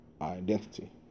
identity